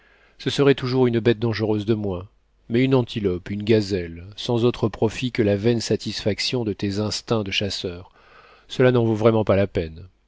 ce serait toujours une bête dangereuse de moins mais une antilope une gazelle sans autre profit que la vaine satisfaction de tes instincts de chasseur cela n'en vaut vraiment pas la peine